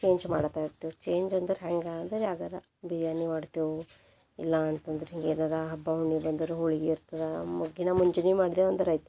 change ಮಾಡುತ್ತಾ ಇರ್ತೇವೆ change ಅಂದ್ರೆ ಹ್ಯಾಂಗೆ ಅಂದ್ರೆ ಯಾವ್ದರು ಬಿರ್ಯಾನಿ ಮಾಡ್ತೇವೆ ಇಲ್ಲ ಅಂತಂದ್ರೆ ಹಿಂಗೆ ಏನಾರು ಹಬ್ಬ ಹುಣ್ಣಿ ಬಂದರೆ ಹೋಳಿಗೆ ಇರ್ತದೆ ಮುಂಜಾನೆ ಮಾಡ್ದೇವಂದ್ರೆ ಆಯ್ತು